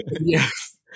Yes